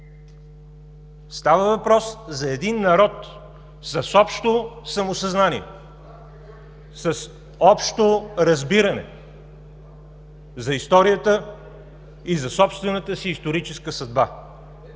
Става въпрос за един народ с общо самосъзнание, с общо разбиране за историята и за собствената си историческа съдба!